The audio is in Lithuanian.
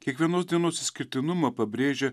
kiekvienos dienos išskirtinumą pabrėžia